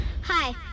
Hi